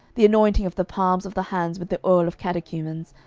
the anointing of the palms of the hands with the oil of catechumens,